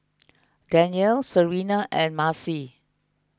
Danyelle Serena and Marcie